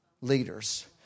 leaders